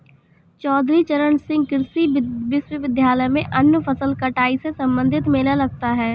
चौधरी चरण सिंह कृषि विश्वविद्यालय में अन्य फसल कटाई से संबंधित मेला लगता है